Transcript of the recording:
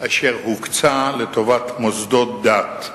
אשר הוקצה לטובת "מוסדות דת",